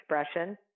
expression